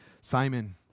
Simon